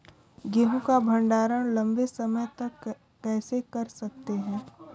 गेहूँ का भण्डारण लंबे समय तक कैसे कर सकते हैं?